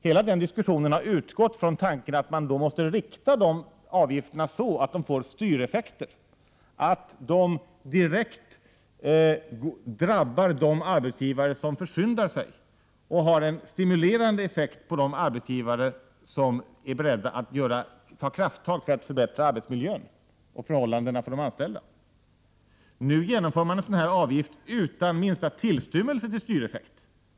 Hela den diskussionen har utgått från tanken att man måste rikta avgifterna så att de får styreffekter, att de direkt drabbar de arbetsgivare som försyndar sig och har en stimulerande effekt på de arbetsgivare som är beredda att ta krafttag för att förbättra arbetsmiljön och förhållandena för de anställda. Nu genomför man en sådan avgift utan minsta tillstymmelse till styreffekt.